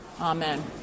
amen